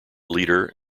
leader